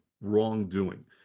wrongdoing